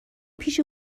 پیش